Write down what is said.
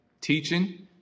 teaching